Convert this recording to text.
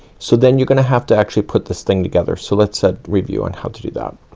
so then you're gonna have to actually put this thing together. so let's ah review on how to do that.